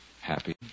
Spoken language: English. Happy